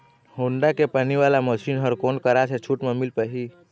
Honda के पानी वाला मशीन हर कोन करा से छूट म मिल पाही?